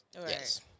Yes